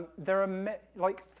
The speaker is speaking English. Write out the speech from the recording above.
there are, like,